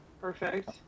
Perfect